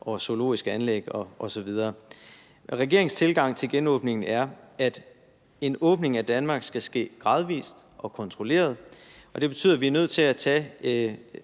og zoologiske anlæg osv. Regeringens tilgang til genåbningen er, at en åbning af Danmark skal ske gradvist og kontrolleret, og det betyder, at vi er nødt til at tage